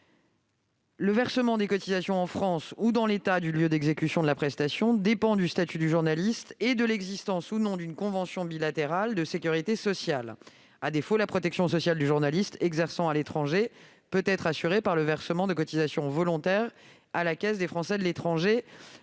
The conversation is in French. Le versement des cotisations, en France ou dans l'État du lieu d'exécution de la prestation, dépend du statut du journaliste et de l'existence, ou non, d'une convention bilatérale de sécurité sociale. À défaut, la protection sociale du journaliste exerçant à l'étranger peut être assurée par le versement de cotisations volontaires à la caisse des Français de l'étranger.